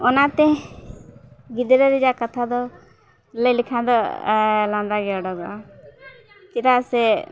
ᱚᱱᱟᱛᱮ ᱜᱤᱫᱽᱨᱟᱹ ᱨᱮᱭᱟᱜ ᱠᱟᱛᱷᱟ ᱫᱚ ᱞᱟᱹᱭ ᱞᱮᱠᱷᱟᱱ ᱫᱚ ᱞᱟᱸᱫᱟ ᱜᱮ ᱚᱰᱳᱠᱚᱜᱼᱟ ᱪᱮᱫᱟᱜ ᱥᱮ